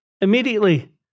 immediately